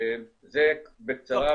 זה בקצרה,